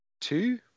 Two